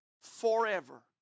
forever